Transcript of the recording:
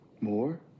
More